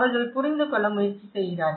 அவர்கள் புரிந்துகொள்ள முயற்சி செய்கிறார்கள்